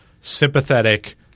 sympathetic